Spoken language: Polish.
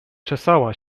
czesała